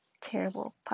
terrible